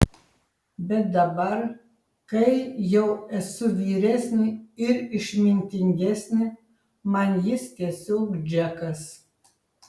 bet dabar kai jau esu vyresnė ir išmintingesnė man jis tiesiog džekas